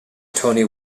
tony